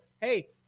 hey